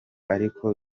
ariko